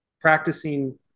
practicing